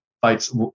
Fights